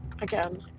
again